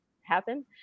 happen